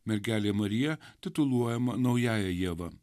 mergelė marija tituluojama naująja ieva